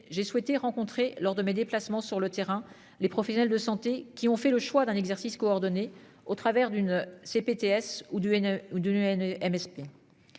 J'ai souhaité rencontrer lors de mes déplacements sur le terrain, les professionnels de santé qui ont fait le choix d'un exercice coordonné au travers d'une CPTS ou d'une ou